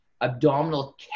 abdominal